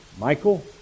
Michael